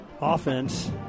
offense